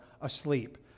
asleep